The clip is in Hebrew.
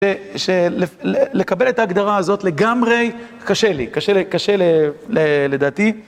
שלקבל את ההגדרה הזאת לגמרי, קשה לי, קשה לי... קשה ל... לדעתי.